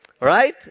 Right